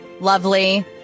lovely